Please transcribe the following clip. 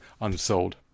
unsold